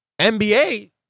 NBA